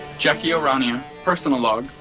jacki o'rania, personal log.